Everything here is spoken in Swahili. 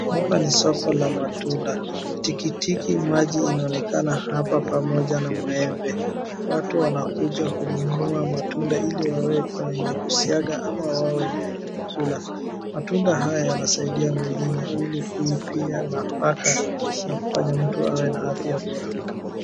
Hapa ni soko la matunda, tikitiki maji inaonekana hapa pamoja na maembe. Watu wanakuja kununua matunda ili wawe kwa wenye kusiaga ama wawe wenye kukula. Matunda haya yanasaidia mwilini ili kuipia nafaka na mtu awe na afya bora.